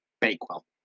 Bakewell